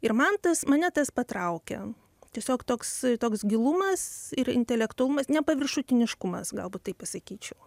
ir man tas mane tas patraukia tiesiog toks toks gilumas ir intelektualumas nepaviršutiniškumas galbūt taip pasakyčiau